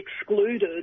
excluded